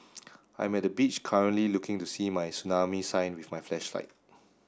I am at the beach currently looking to see my tsunami sign with my flashlight